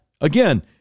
again